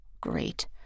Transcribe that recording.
Great